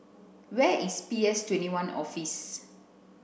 where is P S twenty one Office